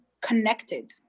connected